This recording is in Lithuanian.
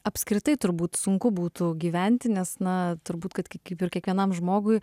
apskritai turbūt sunku būtų gyventi nes na turbūt kad kaip ir kiekvienam žmogui